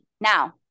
Now